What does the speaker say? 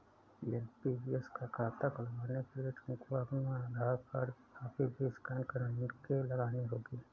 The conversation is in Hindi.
एन.पी.एस का खाता खुलवाने के लिए तुमको अपने आधार कार्ड की कॉपी भी स्कैन करके लगानी होगी